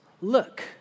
look